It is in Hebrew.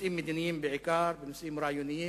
בנושאים מדיניים בעיקר, בנושאים רעיוניים.